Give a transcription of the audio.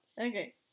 Okay